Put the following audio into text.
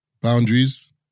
Boundaries